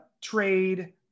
trade